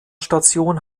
station